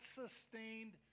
sustained